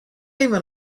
even